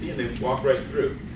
they walk right through,